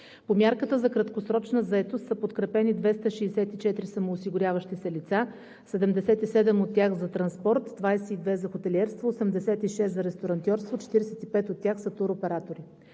По мярката за краткосрочна заетост са подкрепени 264 самоосигуряващи се лица – 77 от тях за транспорт, 22 за хотелиерство, 86 за ресторантьорство, 45 от тях са туроператори.